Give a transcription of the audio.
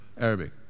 Arabic